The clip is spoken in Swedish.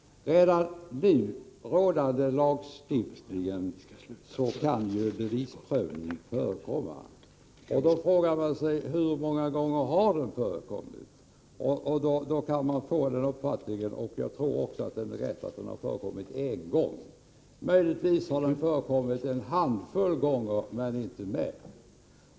Redan enligt nu rådande lagstiftning kan bevisprövning förekomma. Då frågar man sig hur många gånger den har förekommit. Man kan få uppfattningen, och jag tror också att den stämmer, att detta har förekommit en gång. Möjligtvis har det förekommit en handfull gånger men inte mer.